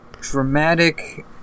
dramatic